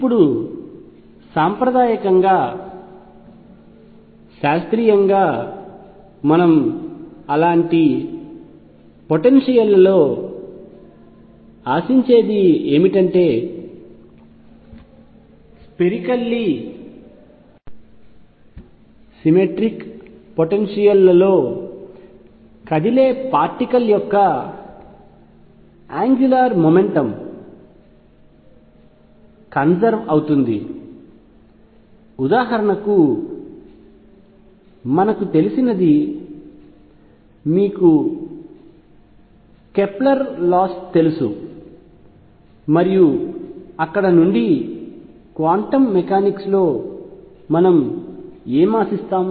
ఇప్పుడు సాంప్రదాయకంగా శాస్త్రీయంగా మనం అలాంటి పొటెన్షియల్ లలో ఆశించేది ఏమిటంటే స్పెరికల్లీ సిమెట్రిక్ పొటెన్షియల్ లలో కదిలే పార్టికల్ యొక్క యాంగ్యులార్ మెకానిక్స్ కన్సర్వ్ అవుతుంది ఉదాహరణకు మనకు తెలిసినది మీకు కెప్లర్ చట్టాలు తెలుసు మరియు అక్కడ నుండి క్వాంటం మెకానిక్స్ లో మనం ఏమి ఆశిస్తాం